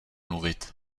mluvit